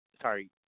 sorry